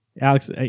Alex